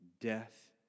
death